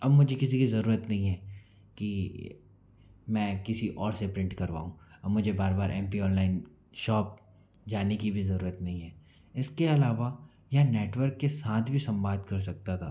अब मुझे किसी की ज़रूरत नहीं है कि मैं किसी और से प्रिंट करवाऊँ अब मुझे बार बार एम पी ऑनलाइन शॉप जाने की भी ज़रूरत नहीं है इसके अलावा यहाँ नेटवर्क के साथ भी सम्वाद कर सकता था